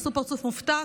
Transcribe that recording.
תעשו פרצוף מופתע,